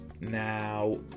Now